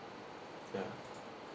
ya